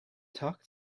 talk